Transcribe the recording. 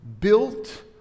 built